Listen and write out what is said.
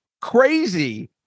crazy